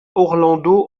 orlando